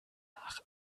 nach